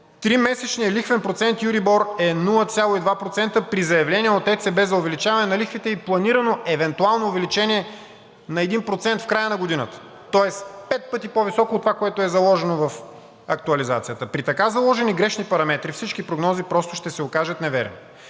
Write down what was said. Тримесечният лихвен процент EURIBOR е 0,2%, при заявления от ЕЦБ за увеличаване на лихвите и планирано евентуално увеличение на 1% в края на годината, тоест пет пъти по-високо от това, което е заложено в актуализацията. При така заложени грешни параметри всички прогнози просто ще се окажат неверни.